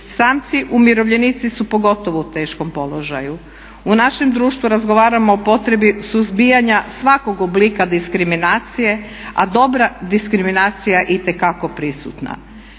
Samci umirovljenici su pogotovo u teškom položaju. U našem društvu razgovaramo o potrebi suzbijanja svakog oblika diskriminacije, a dobra diskriminacija itekako je prisutna.